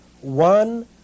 one